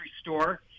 store